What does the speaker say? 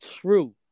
true